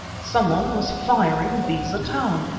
someone was firing beza town!